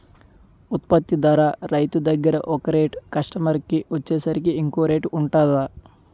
ఉత్పత్తి ధర రైతు దగ్గర ఒక రేట్ కస్టమర్ కి వచ్చేసరికి ఇంకో రేట్ వుంటుందా?